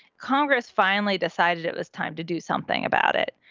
congress finally decided it was time to do something about it.